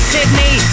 Sydney